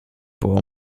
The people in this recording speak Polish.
było